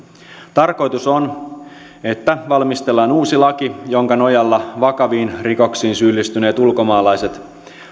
tarkoitus on että valmistellaan uusi laki jonka nojalla vakaviin rikoksiin syyllistyneet ulkomaalaiset